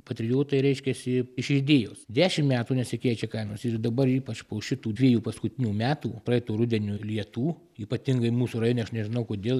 patriotai reiškiasi iš idėjos dešim metų nesikeičia kainos ir dabar ypač po šitų dviejų paskutinių metų praeito rudenio lietų ypatingai mūsų rajone aš nežinau kodėl